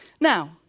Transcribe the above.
Now